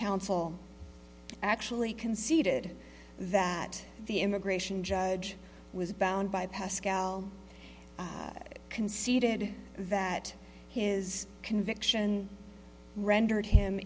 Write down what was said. counsel actually conceded that the immigration judge was bound by pascal conceded that his conviction rendered him